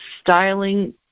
Styling